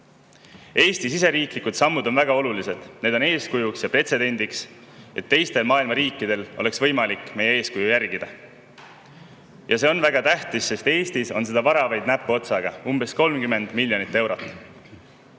Eesti riigi sammud on väga olulised, need on eeskujuks ja pretsedendiks, et teistel maailma riikidel oleks võimalik meie eeskuju järgida. Ja see on väga tähtis, sest Eestis on seda vara vaid näpuotsaga, umbes 30 miljonit eurot,